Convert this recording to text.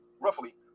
roughly